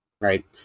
right